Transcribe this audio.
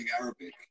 Arabic